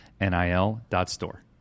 nil.store